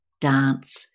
dance